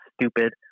stupid